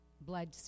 blood